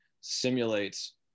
simulates